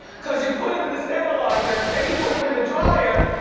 cause you put em in the sterilizer, then you put em in the dryer,